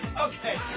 Okay